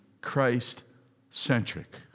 Christ-centric